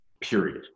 Period